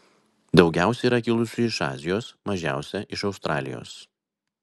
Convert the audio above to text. daugiausiai yra kilusių iš azijos mažiausia iš australijos